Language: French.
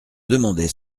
demandait